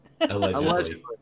Allegedly